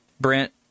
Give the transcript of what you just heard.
Brent